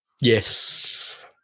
Yes